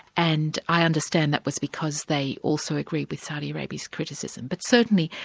and i understand that was because they also agreed with saudi arabia's criticism. but certainly,